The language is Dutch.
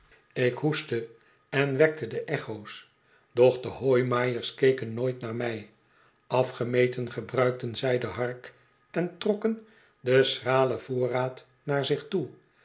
ik hoestte en wekte de echo's doch de hooimaaiers keken nooit naar mij afgemeten gebruikten zij de hark en trokken den schralen voorraad naar zich toe